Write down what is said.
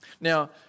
Now